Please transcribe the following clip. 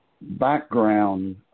background